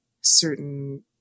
certain